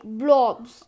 blobs